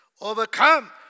Overcome